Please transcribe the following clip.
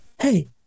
hey